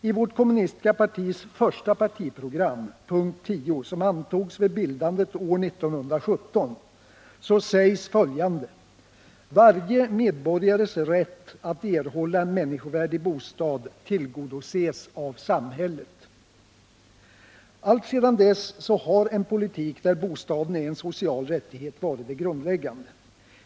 I vårt kommunistiska partis första partiprogram, punkt 10, som antogs vid bildandet år 1917, sägs följande: ”Varje medborgares rätt att erhålla en människovärdig bostad tillgodoses av samhället.” Alltsedan dess har en politik där bostaden är en social rättighet varit det grundläggande.